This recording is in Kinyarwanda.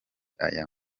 aya